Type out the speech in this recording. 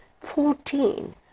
fourteen